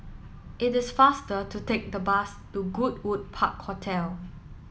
it is faster to take the bus to Goodwood Park Hotel